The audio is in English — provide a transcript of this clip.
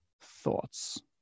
thoughts